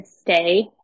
stay